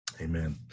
Amen